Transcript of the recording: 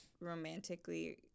romantically